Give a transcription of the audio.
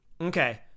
okay